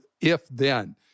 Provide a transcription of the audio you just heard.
if-then